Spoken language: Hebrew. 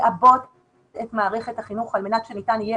לעבות את מערכת החינוך על מנת שניתן יהיה